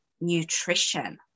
nutrition